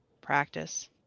Practice